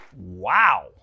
Wow